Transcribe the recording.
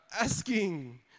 asking